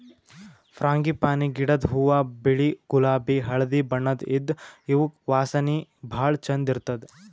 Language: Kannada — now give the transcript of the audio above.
ಫ್ರಾಂಗಿಪನಿ ಗಿಡದ್ ಹೂವಾ ಬಿಳಿ ಗುಲಾಬಿ ಹಳ್ದಿ ಬಣ್ಣದ್ ಇದ್ದ್ ಇವ್ ವಾಸನಿ ಭಾಳ್ ಛಂದ್ ಇರ್ತದ್